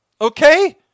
Okay